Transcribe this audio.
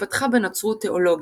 התפתחה בנצרות תאולוגיה,